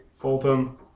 Fulton